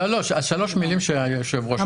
לא, לא, שלוש מילים שהיושב-ראש אמר.